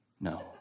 no